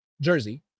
jersey